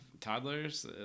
toddlers